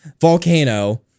Volcano